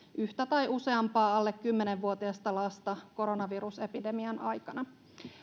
yhtä tai useampaa alle kymmenen vuotiasta lasta koronavirusepidemian aikana